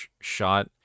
shot